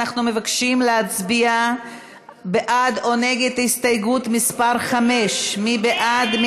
אנחנו מבקשים להצביע בעד או נגד הסתייגות מס' 5. מי בעד?